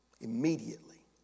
Immediately